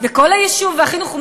וכל היישוב והחינוך?